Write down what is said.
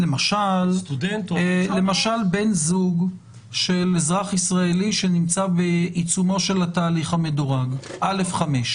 למשל בן זוג של אזרח ישראלי שנמצא באמצעו של התהליך המדורג א5.